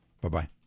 Bye-bye